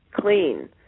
clean